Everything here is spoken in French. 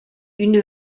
une